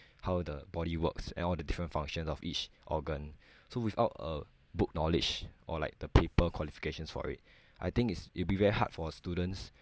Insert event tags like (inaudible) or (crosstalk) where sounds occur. how the body works and all the different functions of each organ (breath) so without a book knowledge or like the paper qualifications for it I think it's it'll be very hard for students